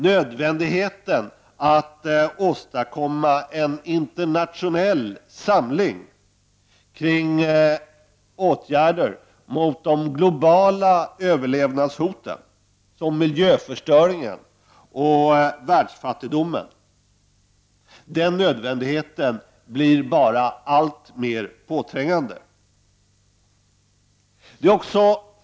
Nödvändigheten av att åstadkomma en internationell samling kring åtgärder mot de globala överlevnadshoten, som miljöförstöringen och världsfattigdomen, blir bara alltmer påträngande.